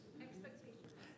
Expectations